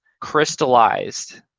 crystallized